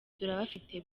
turabafite